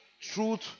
truth